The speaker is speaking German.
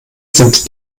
sind